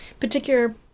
particular